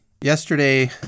Yesterday